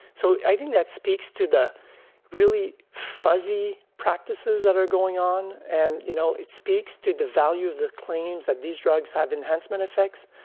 so, i think that speaks to the really fuzzy practices that are going on. and you know, it speaks to the value of the claims that these drugs have enhancement effects.